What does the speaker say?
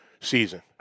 season